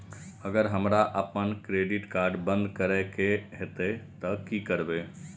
अगर हमरा आपन क्रेडिट कार्ड बंद करै के हेतै त की करबै?